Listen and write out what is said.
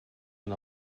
and